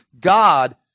God